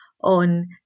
on